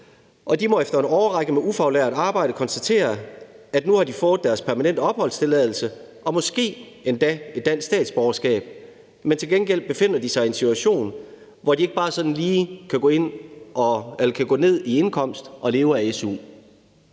de må efter en årrække med ufaglært arbejde konstatere, at nu har de fået deres permanente opholdstilladelse og måske endda et dansk statsborgerskab, men til gengæld befinder de sig i en situation, hvor de ikke bare sådan lige kan gå ned i indkomst og leve af su.